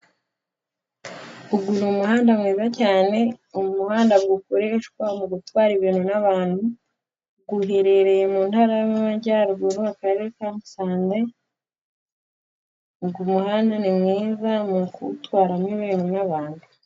Uyu ni umuhanda mwiza cyane, umuhanda ukoreshwa mu gutwara ibintu n'abantu, uherereye mu ntara y'Amajyaruguru, akarere ka Musanze, uyu muhanda ni mwiza mu kuwutwaramo ibintu n'abantu.